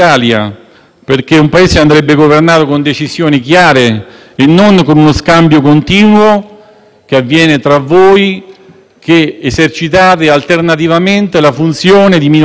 che avviene tra voi che esercitate alternativamente la funzione di minoranza e maggioranza: un giorno viene sostenuto un provvedimento che è più favorevole alla Lega, e